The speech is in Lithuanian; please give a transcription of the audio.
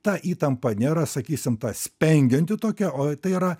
ta įtampa nėra sakysim ta spengianti tokia o tai yra